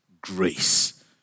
grace